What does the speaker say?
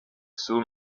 soon